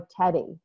Teddy